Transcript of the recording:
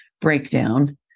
breakdown